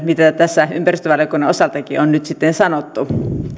mitä tässä ympäristövaliokunnan osaltakin on nyt sitten sanottu